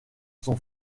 son